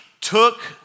took